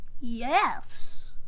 Yes